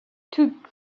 took